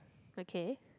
okay